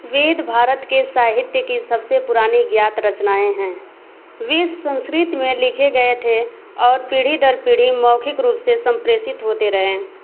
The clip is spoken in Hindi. वेद भारत के साहित्य की सबसे पुरानी ज्ञात रचनाएँ हैं वे संस्कृत में लिखे गए थे और पीढ़ी दर पीढ़ी मौखिक रूप से संप्रेषित होते रहें